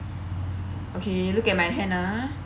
okay look at my hand ah